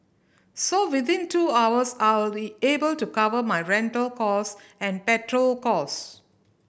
so within two hours I will be able to cover my rental cost and petrol cost